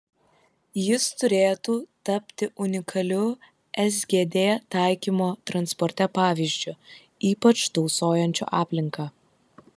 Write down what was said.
jis turėtų tapti unikaliu sgd taikymo transporte pavyzdžiu ypač tausojančiu aplinką